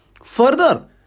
Further